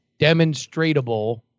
demonstratable